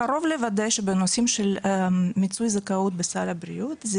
קרוב לוודאי שבנושאים של מיצוי זכאות בסל הבריאות זה